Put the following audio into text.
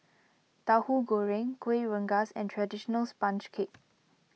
Tauhu Goreng Kuih Rengas and Traditional Sponge Cake